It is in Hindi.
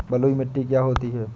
बलुइ मिट्टी क्या होती हैं?